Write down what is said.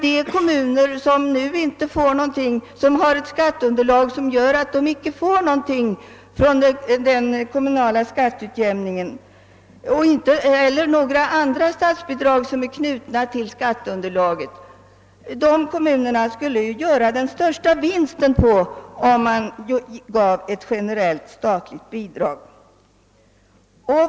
De kommuner, som har ett skatteunderlag som gör att de inte får någonting genom den kommunala skatteutjämningen och inte heller några andra statsbidrag som är knutna till skatteunderlaget, skulle ju göra den största vinsten, om man gåve ett generellt statligt bidrag.